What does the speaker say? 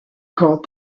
called